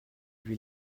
lui